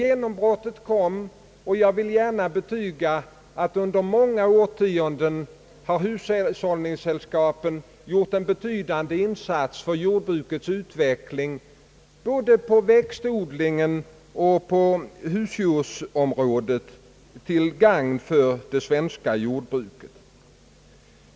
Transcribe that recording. Genombrottet kom, och jag vill gärna betyga att hushållningssällskapen under många årtionden gjort en betydande insats för jordbrukets utveckling både på växtodlingsoch på husdjursområdet till gagn för det svenska jordbruket.